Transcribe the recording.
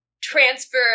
transfer